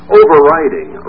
overriding